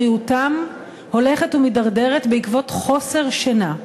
בריאותם הולכת ומידרדרת עקב חוסר שינה.